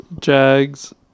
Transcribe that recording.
Jags